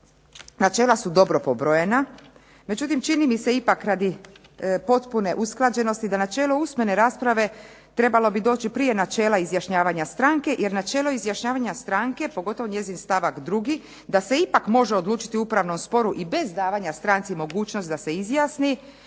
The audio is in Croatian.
Načela su dobro pobrojena, međutim čini mi se ipak radi potpune usklađenosti da načelo usmene rasprave trebalo bi doći prije načela izjašnjavanja stranke jer načelo izjašnjavanja stranke pogotovo njezin stavak 2. da se ipak može odlučiti o upravnom sporu i bez davanja stranci mogućnosti da se izjasni